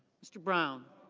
mr. brown.